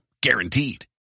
Guaranteed